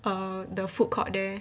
err the food court there